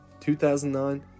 2009